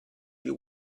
you